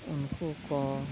ᱩᱱᱠᱩ ᱠᱚ